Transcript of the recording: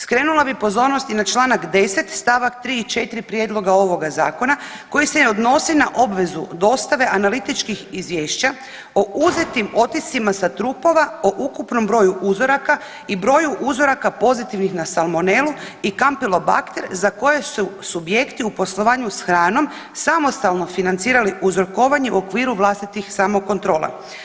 Skrenula bih pozornost i na članak 10. stavak 3. i 4. prijedloga ovoga zakona koji se odnosi na obvezu dostave analitičkih izvješća o uzetim otiscima sa trupova o ukupnom broju uzoraka i broju uzoraka pozitivnih na salmonelu i kampelobakter za koje su subjekti u poslovanju sa hranom samostalno financirali uzorkovanje u okviru vlastitih samokontrola.